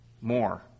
more